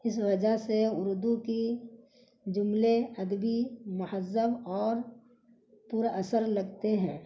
اس وجہ سے اردو کی جملے ادبی مہذب اور پر اثر لگتے ہیں